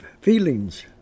feelings